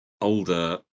older